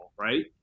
right